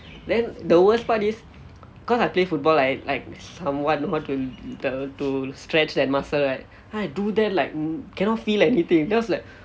then the worse part is cause I play football I like somewhat want to err stretch that muscle right I do that like cannot feel anything then I was like